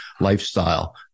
lifestyle